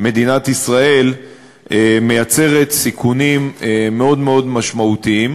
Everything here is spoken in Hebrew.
מדינת ישראל מייצרת סיכונים מאוד מאוד משמעותיים,